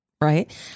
right